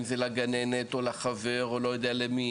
אם זה לגננת או לחבר או לא יודע למי,